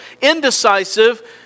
indecisive